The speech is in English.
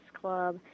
club